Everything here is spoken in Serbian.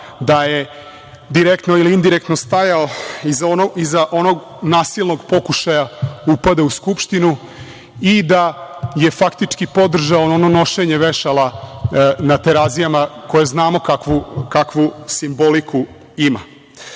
da je direktno ili indirektno stajao iza onog nasilnog pokušaja upada u Skupštinu i da je faktički podržao ono nošenje vešala na Terazijama, koje znamo kakvu simboliku